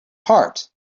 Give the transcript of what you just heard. heart